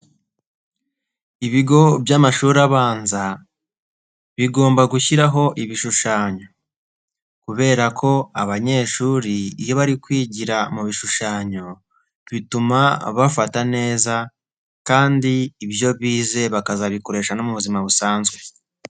Ibigo by'amashuri abanza bigomba gushyiraho ibishushanyo, kubera ko abanyeshuri iyo bari kwigira mu bishushanyo, bituma bafata neza kandi ibyo bize bakazabikoresha no mu buzima busanzwe.